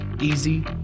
easy